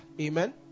Amen